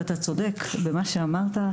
ואתה צודק במה שאמרת,